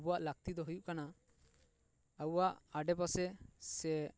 ᱟᱵᱚᱣᱟᱜ ᱞᱟᱹᱠᱛᱤ ᱫᱚ ᱦᱩᱭᱩᱜ ᱠᱟᱱᱟ ᱟᱵᱚᱣᱟᱜ ᱟᱰᱮ ᱯᱟᱥᱮ ᱥᱮ